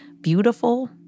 beautiful